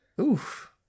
Oof